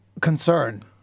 concern